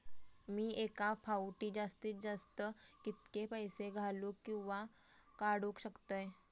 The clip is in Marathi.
मी एका फाउटी जास्तीत जास्त कितके पैसे घालूक किवा काडूक शकतय?